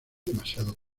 demasiado